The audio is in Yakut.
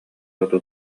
оту